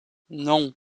non